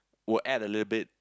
will add a little bit